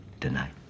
tonight